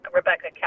Rebecca